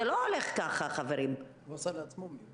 אנחנו רואים שהאחריות מתפזרת על פני משרדים